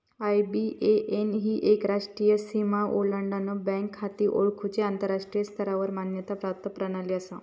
IBAN ही एक राष्ट्रीय सीमा ओलांडान बँक खाती ओळखुची आंतराष्ट्रीय स्तरावर मान्यता प्राप्त प्रणाली असा